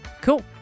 Cool